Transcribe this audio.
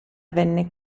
venne